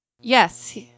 Yes